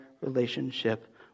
relationship